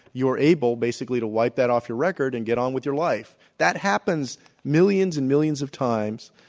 you're able, basically, to wipe that off your record and get on with your life. that happens millions and millions of times.